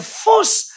force